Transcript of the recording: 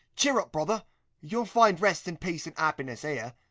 cheer up, brother you'll find rest and peace and appiness ere.